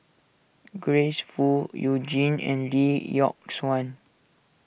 Grace Fu You Jin and Lee Yock Suan